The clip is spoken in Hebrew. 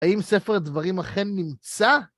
האם ספר הדברים אכן נמצא?